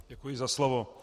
Děkuji za slovo.